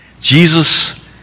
Jesus